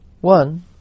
One